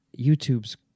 youtube's